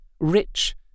rich